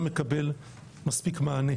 קיבלנו דוח בוועדת חוץ וביטחון של היוהל"ן,